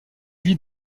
vit